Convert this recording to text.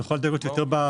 אתה יכול לדייק יותר בשאלה?